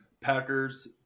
Packers